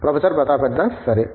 professor Pratap Haridas సరే